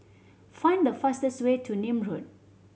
find the fastest way to Nim Road